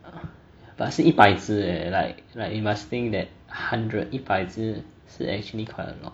but 是一百次只 leh like like you must think that hundred 一百只是 actually quite a lot